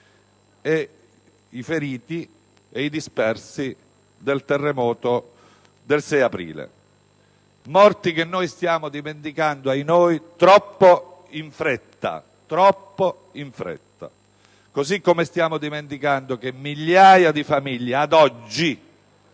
i feriti e i dispersi del terremoto del 6 aprile. Morti che stiamo dimenticando - ahinoi! - troppo in fretta, così come stiamo dimenticando che migliaia di famiglie ad oggi,